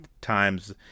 times